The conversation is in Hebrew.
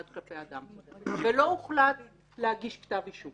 אבל עברה שנה מיום שנפתח מב"ד כלפי אדם ולא הוחלט להגיש כתב אישום